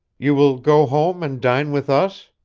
you will go home and dine with us?